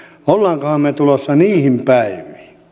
olemmekohan me tulossa niihin päiviin